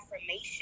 affirmation